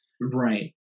Right